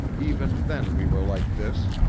even then we were like this.